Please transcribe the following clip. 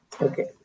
Okay